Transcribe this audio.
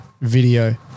video